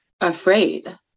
afraid